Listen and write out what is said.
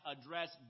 address